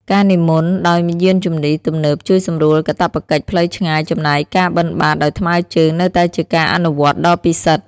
ការនិមន្តដោយយានជំនិះទំនើបជួយសម្រួលកាតព្វកិច្ចផ្លូវឆ្ងាយ ចំណែកការបិណ្ឌបាតដោយថ្មើរជើងនៅតែជាការអនុវត្តន៍ដ៏ពិសិដ្ឋ។